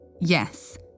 yes